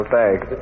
Thanks